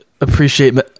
appreciate